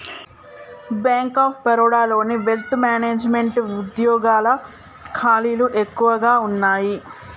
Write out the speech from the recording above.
bank of బరోడాలోని wealth management వుద్యోగాల ఖాళీలు ఎక్కువగా వున్నయ్యి